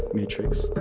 matrix.